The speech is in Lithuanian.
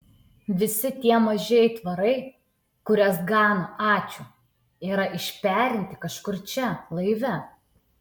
visi tie maži aitvarai kuriuos gano ačiū yra išperinti kažkur čia laive